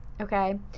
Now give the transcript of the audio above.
Okay